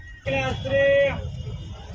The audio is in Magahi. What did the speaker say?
बिना आधार कार्ड के खाता खुल जइतै का?